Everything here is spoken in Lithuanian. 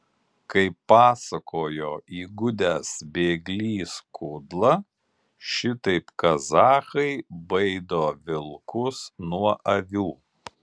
kaip pasakojo įgudęs bėglys kudla šitaip kazachai baido vilkus nuo avių